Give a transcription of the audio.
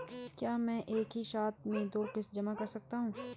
क्या मैं एक ही साथ में दो किश्त जमा कर सकता हूँ?